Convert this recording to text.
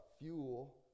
fuel